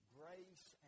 grace